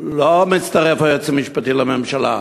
לא מצטרף היועץ המשפטי לממשלה,